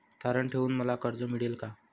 तारण ठेवून मला कर्ज मिळेल का?